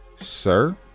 sir